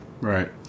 Right